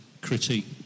critique